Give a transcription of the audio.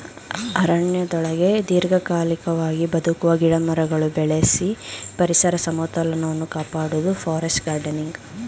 ಅರಣ್ಯದೊಳಗೆ ದೀರ್ಘಕಾಲಿಕವಾಗಿ ಬದುಕುವ ಗಿಡಮರಗಳು ಬೆಳೆಸಿ ಪರಿಸರ ಸಮತೋಲನವನ್ನು ಕಾಪಾಡುವುದು ಫಾರೆಸ್ಟ್ ಗಾರ್ಡನಿಂಗ್